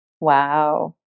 wow